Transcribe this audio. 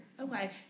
Okay